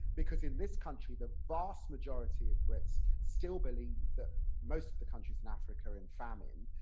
because in this country the vast majority of brits still believe, that most of the countries in africa are in famine,